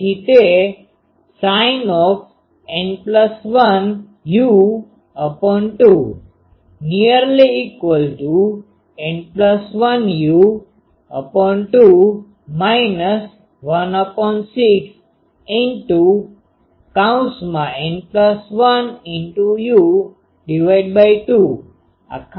તેથી તે sinN12uN12u 16N1u23 થશે